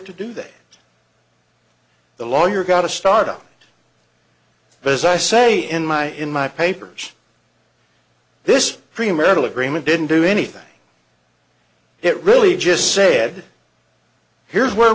to do that the lawyer got a start up but as i say in my in my papers this premarital agreement didn't do anything it really just said here's where